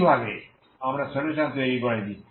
এইভাবে আমরা সলিউশন তৈরি করেছি